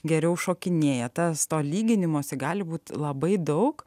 geriau šokinėja tas to lyginimosi gali būti labai daug